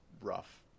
rough